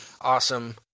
Awesome